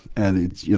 and it's. you